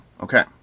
Okay